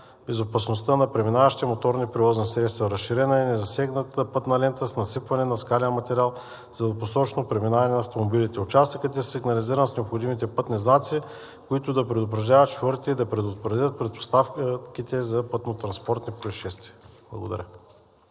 безопасността на преминаващите моторни превозни средства. Разширена е незасегната пътна лента с насипване на скален материал за двупосочното преминаване на автомобилите. Участъкът е сигнализиран с необходимите пътни знаци, които да предупреждават шофьорите и да предотвратят предпоставките за пътнотранспортни произшествия. Благодаря.